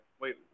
Wait